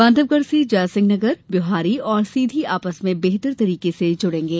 बांधवगढ़ से जयसिंहनगर ब्योहारी और सीधी आपस में बेहतर तरीके से जुड़ेंगे